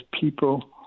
people